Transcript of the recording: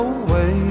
away